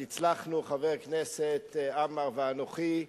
הצלחנו, חבר הכנסת עמאר ואנוכי,